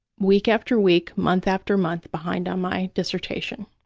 week after week, month after month, behind on my dissertation,